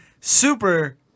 Super